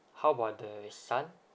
how about the son